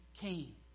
came